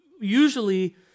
usually